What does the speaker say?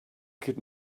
could